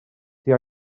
gen